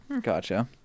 Gotcha